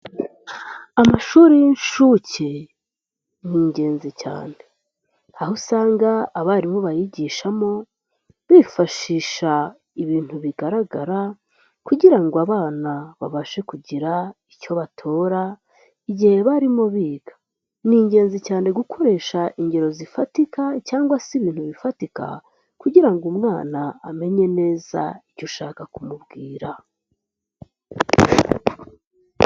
Amashuri y'inshuke ni ingenzi cyane aho usanga abarimu bayigishamo bifashisha ibintu bigaragara kugira ngo abana babashe kugira icyo batora igihe barimo biga ni ingenzi cyane gukoresha ingero zifatika cyangwa se ibintu bifatika kugira ngo umwana amenye neza icyo ushaka kumubwira.